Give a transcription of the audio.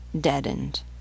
deadened